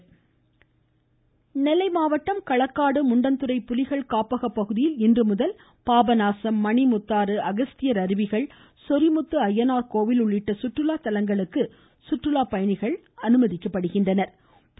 புலிகள் காப்பகம் நெல்லை மாவட்டம் களக்காடு முண்டந்துறை புலிகள் காப்பக பகுதியில் இன்றுமுதல் பாபநாசம் மணிமுத்தாறு அகஸ்தியர் அருவிகள் சொரிமுத்து அய்யனார் கோவில் உள்ளிட்ட சுற்றுலா தலங்களுக்கு சுற்றுலா பயணிகள் அனுமதிக்கப்படுகின்றனர்